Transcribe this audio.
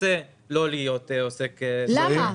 רוצה לא להיות עוסק זעיר --- למה?